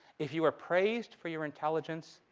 if you were praised for your intelligence,